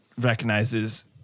recognizes